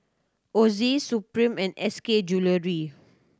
Ozi Supreme and S K Jewellery